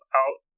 out